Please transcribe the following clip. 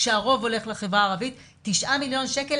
כשהרוב הולך לחברה הערבית 9 מיליון שקל.